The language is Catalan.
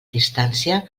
distància